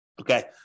Okay